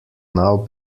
now